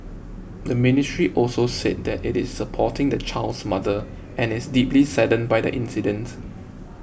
the Ministry also said that it is supporting the child's mother and is deeply saddened by the incident